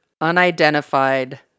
unidentified